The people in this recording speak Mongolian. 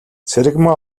цэрэгмаа